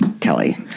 Kelly